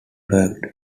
worked